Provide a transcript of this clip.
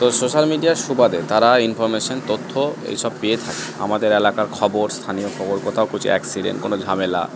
তো সোশ্যাল মিডিয়ার সুবাদে তারা ইনফরমেশন তথ্য এইসব পেয়ে থাকে আমাদের এলাকার খবর স্থানীয় খবর কোথাও কিছু অ্যাক্সিডেন্ট কোনও ঝামেলা